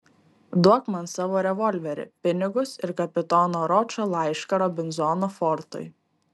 duok man savo revolverį pinigus ir kapitono ročo laišką robinzono fortui